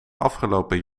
afgelopen